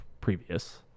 previous